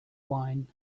wine